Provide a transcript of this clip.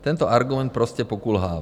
Tento argument prostě pokulhává.